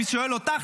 אני שואל אותך,